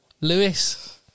Lewis